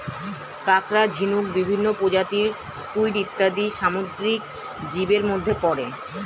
কাঁকড়া, ঝিনুক, বিভিন্ন প্রজাতির স্কুইড ইত্যাদি সামুদ্রিক জীবের মধ্যে পড়ে